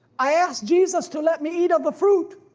i asked jesus to let me eat up the fruit.